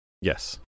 Yes